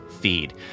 feed